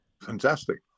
Fantastic